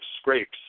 scrapes